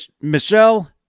Michelle